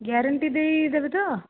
guarantee ଦେଇ ଦେବେ ତ